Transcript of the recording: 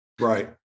Right